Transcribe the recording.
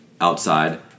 outside